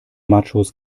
machos